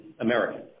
American